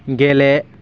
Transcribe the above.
गेले